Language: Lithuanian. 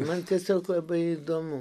man tiesiog labai įdomu